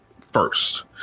first